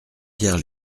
pierre